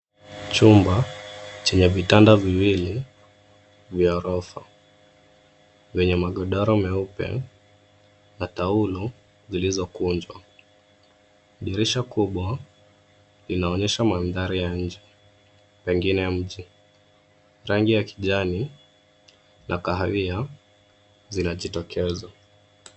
Chumba chenye vitanda viwili vya ghorofa zenye magodoro meupe na taulo zilizokunjwa. Dirisha kubwa linaonyesha mandhari ya nje pengine ya mji. Rangi ya kijani na kahawia zinajitokeza.